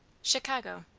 chicago.